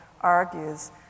argues